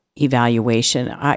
Evaluation